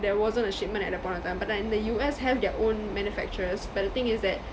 there wasn't a shipment at that point of time but then in the U_S have their own manufacturers but the thing is that